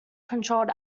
controlled